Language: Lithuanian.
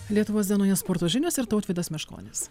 lietuvos dienoje sporto žinios ir tautvydas meškonis